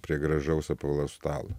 prie gražaus apvalaus stalo